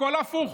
הכול הפוך.